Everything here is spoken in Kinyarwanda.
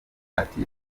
ati